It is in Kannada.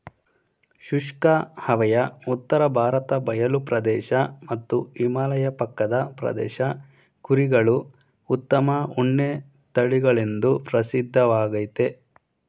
ಶುಷ್ಕ ಹವೆಯ ಉತ್ತರ ಭಾರತ ಬಯಲು ಪ್ರದೇಶ ಮತ್ತು ಹಿಮಾಲಯ ಪಕ್ಕದ ಪ್ರದೇಶದ ಕುರಿಗಳು ಉತ್ತಮ ಉಣ್ಣೆ ತಳಿಗಳೆಂದು ಪ್ರಸಿದ್ಧವಾಗಯ್ತೆ